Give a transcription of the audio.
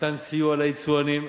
מתן סיוע ליצואנים,